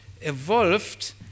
evolved